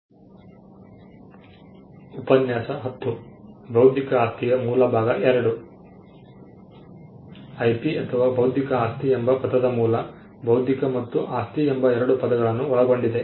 IP ಅಥವಾ ಬೌದ್ಧಿಕ ಆಸ್ತಿ ಎಂಬ ಪದದ ಮೂಲ ಬೌದ್ಧಿಕ ಮತ್ತು ಆಸ್ತಿ ಎಂಬ ಎರಡು ಪದಗಳನ್ನು ಒಳಗೊಂಡಿದೆ